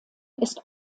ist